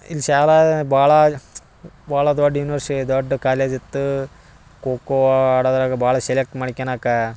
ಇಲ್ಲಿ ಶಾಲಾ ಭಾಳ ಭಾಳ ದೊಡ್ಡ ಯುನಿವರ್ಸಿ ದೊಡ್ಡ ಕಾಲೇಜಿತ್ತು ಖೋಖೋ ಆಡೋದ್ರಾಗ ಭಾಳ ಸೆಲೆಕ್ಟ್ ಮಾಡಿಕ್ಯನಕ